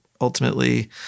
ultimately